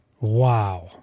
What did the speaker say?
Wow